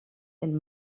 and